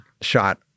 shot